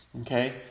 Okay